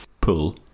Pull